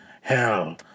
hell